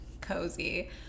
cozy